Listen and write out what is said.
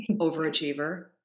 overachiever